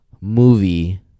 movie